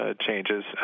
changes